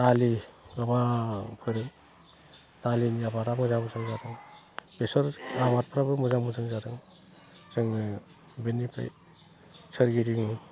दालि गोबां फोदों दालिनि आबादा मोजां मोजां जादों बेसर आबादफ्राबो मोजां मोजां जादों जोङो बेनिफ्राय सोरिगिदिं